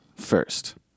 first